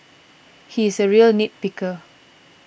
he is a real nit picker